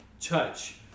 touch